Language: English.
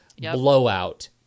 blowout